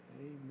Amen